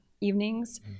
evenings